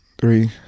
Three